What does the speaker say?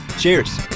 Cheers